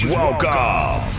welcome